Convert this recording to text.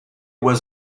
was